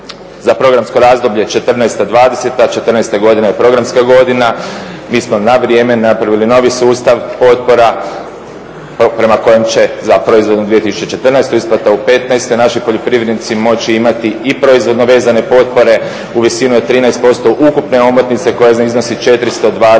četrnaesta dvadeseta. Četrnaesta godina je programska godina. Mi smo na vrijeme napravili novi sustav potpora prema kojem će za proizvodnu 2014. isplata u petnaestoj naši poljoprivrednici moći imati i proizvodno vezane potpore u visini od 13% ukupne omotnice koja iznosi 423